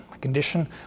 condition